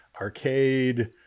Arcade